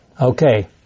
Okay